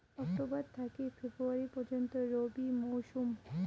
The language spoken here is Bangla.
অক্টোবর থাকি ফেব্রুয়ারি পর্যন্ত রবি মৌসুম